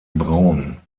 braun